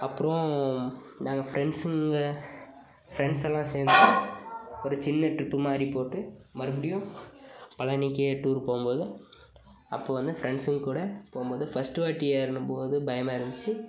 அப்புறம் நாங்கள் ஃப்ரெண்ட்ஸுங்க ஃப்ரெண்ட்ஸெல்லாம் சேர்ந்து ஒரு சின்ன டிரிப்பு மாதிரி போட்டு மறுபடியும் பழனிக்கே டூர் போகும்போது அப்போது வந்து ஃப்ரெண்ட்ஸுங்க கூட போகும்போது ஃபஸ்ட்டு வாட்டி ஏறணும்போது பயமாக இருந்துச்சு